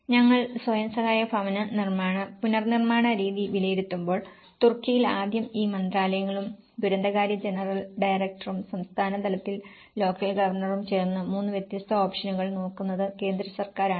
ഞങ്ങൾ സ്വയം സഹായ ഭവന പുനർനിർമ്മാണ രീതി വിലയിരുത്തുമ്പോൾ തുർക്കിയിൽ ആദ്യം ഈ മന്ത്രാലയങ്ങളും ദുരന്തകാര്യ ജനറൽ ഡയറക്ടറും സംസ്ഥാന തലത്തിലെ ലോക്കൽ ഗവർണറും ചേർന്ന് 3 വ്യത്യസ്ത ഓപ്ഷനുകൾ നോക്കുന്നത് കേന്ദ്ര സർക്കാരാണ്